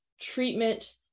treatment